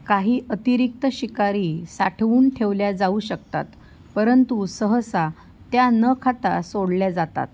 काही अतिरिक्त शिकारी साठवून ठेवल्या जाऊ शकतात परंतु सहसा त्या न खाता सोडल्या जातात